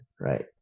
Right